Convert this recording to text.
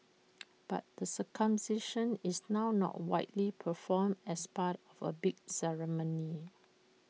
but the circumcision is now not widely performed as part of A big ceremony